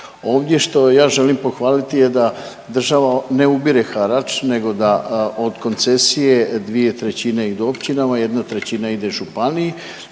Ovdje što je želim pohvaliti je da država ne ubire harač nego da od koncesije 2/3 idu općinama, 1/3 ide županiji